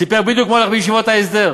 הוא סיפר בדיוק מה הולך בישיבות ההסדר.